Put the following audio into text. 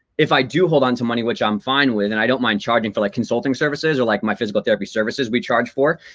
if i do hold onto money, which i'm fine with, and i don't mind charging for like consulting services or like my physical therapy services we charge for.